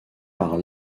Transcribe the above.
par